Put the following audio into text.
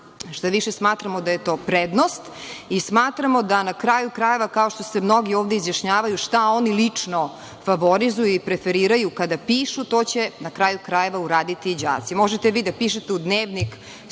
Šta više, smatramo da je to prednost i smatramo da na kraju krajeva, kao što se mnogi ovde izjašnjavaju šta oni lično favorizuju i preferiraju kada pišu, to će na kraju krajeva uraditi i đaci. Možete vi da pišete u dnevnik